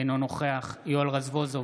אינו נוכח יואל רזבוזוב,